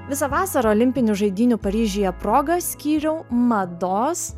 visą vasarą olimpinių žaidynių paryžiuje proga skyriau mados